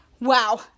wow